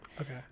Okay